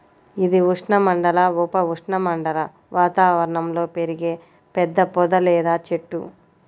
ఇది ఉష్ణమండల, ఉప ఉష్ణమండల వాతావరణంలో పెరిగే పెద్ద పొద లేదా చెట్టు